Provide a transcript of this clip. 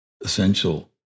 essential